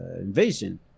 invasion